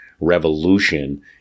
revolution